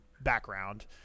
Background